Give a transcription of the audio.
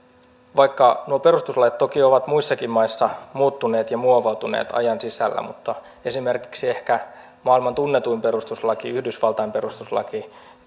nuo perustuslait toki ovat muissakin maissa muuttuneet ja muovautuneet ajan sisällä mutta esimerkiksi ehkä maailman tunnetuin perustuslaki yhdysvaltain perustuslaki